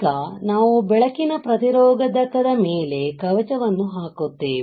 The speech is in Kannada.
ಈಗ ನಾವು ಬೆಳಕಿನ ಪ್ರತಿರೋಧಕದ ಮೇಲೆ ಕವಚವನ್ನು ಹಾಕುತ್ತೇವೆ